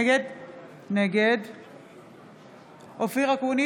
נגד אופיר אקוניס,